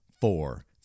four